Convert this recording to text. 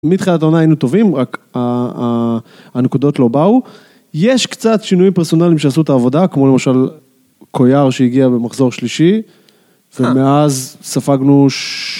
מתחילת העונה היינו טובים, רק הנקודות לא באו. יש קצת שינויים פרסונליים שעשו את העבודה, כמו למשל, קוויאר שהגיע במחזור שלישי, ומאז ספגנו ש...